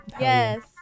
Yes